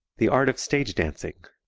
the art of stage dancing,